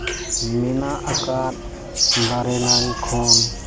ᱢᱮᱱᱟᱜ ᱟᱠᱟᱫ ᱫᱟᱨᱮᱼᱱᱟᱹᱲᱤ ᱠᱷᱚᱱ